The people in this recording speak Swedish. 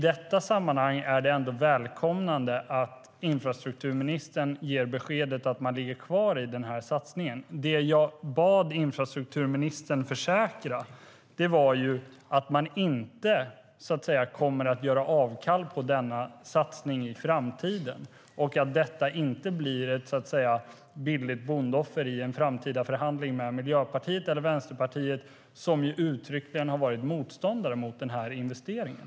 Det är välkommet att infrastrukturministern ger beskedet att regeringen ligger kvar i satsningen. Men det jag bad infrastrukturministern försäkra var att man inte kommer att göra avkall på satsningen i framtiden och att den inte blir ett billigt bondeoffer i en framtida förhandling med Miljöpartiet eller Vänsterpartiet, som uttryckligen har varit emot den här investeringen.